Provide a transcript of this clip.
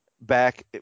back